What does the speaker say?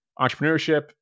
Entrepreneurship